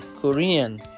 Korean